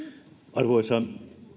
arvoisa